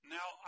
Now